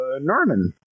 Norman